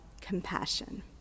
compassion